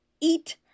eat